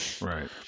Right